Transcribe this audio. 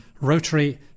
Rotary